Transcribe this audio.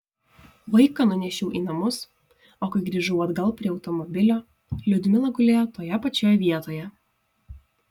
vaiką nunešiau į namus o kai grįžau atgal prie automobilio liudmila gulėjo toje pačioje vietoje